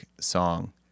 song